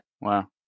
Wow